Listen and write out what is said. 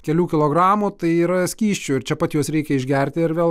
kelių kilogramų tai yra skysčių ir čia pat juos reikia išgerti ir vėl